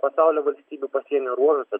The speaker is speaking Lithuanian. pasaulio valstybių pasienio ruožuose